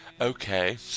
Okay